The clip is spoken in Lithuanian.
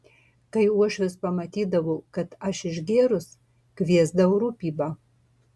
kai uošvis pamatydavo kad aš išgėrus kviesdavo rūpybą